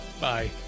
Bye